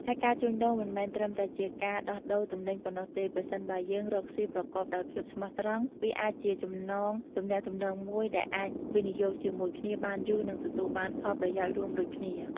ហើយការជួញដូរមិនមែនត្រឹមតែជាការដោះដូរទំនិញប៉ុណ្ណោះទេ ប្រសិនបើយើងរកស៊ីប្រកបដោយភាពស្មោះត្រង់ វាអាចជាចំណងទំនាក់ទំនងមួយដែលអាចវិនិយោគជាមួយគ្នាបានយូរនិងទទួលបានផលប្រយោជន៍រួមដូចគ្នា។